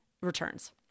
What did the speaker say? returns